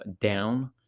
down